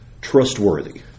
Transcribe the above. trustworthy